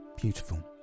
beautiful